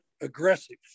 aggressive